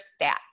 stats